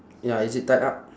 ya is it tied up